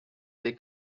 they